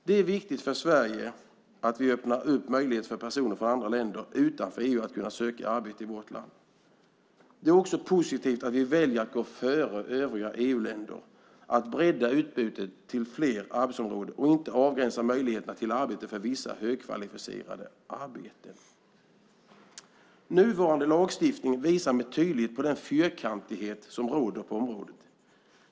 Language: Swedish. Det är viktigt för Sverige att vi öppnar upp möjligheter för personer från länder utanför EU att kunna söka arbete i vårt land. Det är också positivt att vi väljer att gå före övriga EU-länder, att bredda utbudet till fler arbetsområden och inte avgränsa möjligheterna till arbete till vissa högkvalificerade arbeten. Nuvarande lagstiftning visar med tydlighet på den fyrkantighet som råder på området.